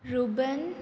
Ruben